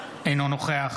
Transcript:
אינו נוכח